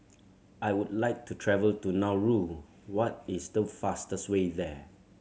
I would like to travel to Nauru what is the fastest way there